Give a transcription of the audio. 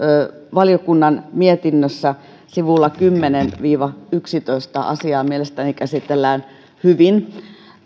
valiokunnan mietinnössä sivuilla kymmenen viiva yksitoista asiaa mielestäni käsitellään hyvin